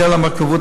בשל המורכבות,